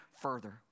further